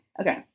Okay